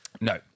No